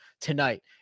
tonight